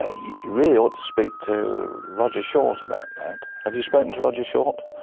yeah you really ought to speak to roger short about that. have you spoken to roger short?